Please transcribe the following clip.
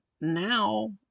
now